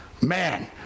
Man